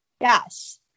Yes